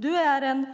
Du är